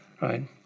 right